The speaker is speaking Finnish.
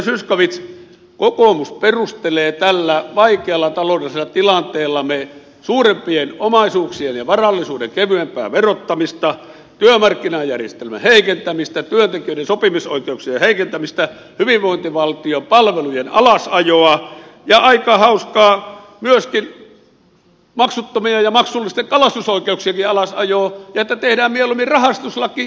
edustaja zyskowicz kokoomus perustelee tällä vaikealla taloudellisella tilanteellamme suurempien omaisuuksien ja varallisuuden kevyempää verottamista työmarkkinajärjestelmän heikentämistä työntekijöiden sopimisoikeuksien heikentämistä hyvinvointivaltion palvelujen alasajoa ja aika hauskaa myöskin maksuttomien ja maksullisten kalastusoikeuksienkin alasajoa ja sitä että tehdään mieluummin rahastuslaki kuin kalastuslaki